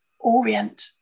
orient